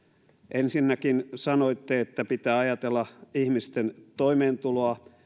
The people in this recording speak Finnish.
ensinnäkin sanoitte että pitää ajatella ihmisten toimeentuloa